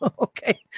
okay